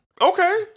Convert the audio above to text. Okay